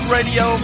Radio